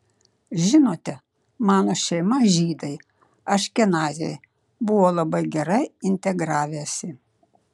žinote mano šeima žydai aškenaziai buvo labai gerai integravęsi